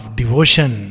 devotion